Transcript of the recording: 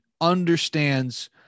understands